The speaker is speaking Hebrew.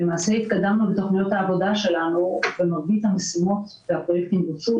למעשה התקדמנו בתוכניות העבודה שלנו ומרבית המשימות והפרויקטים מומשו,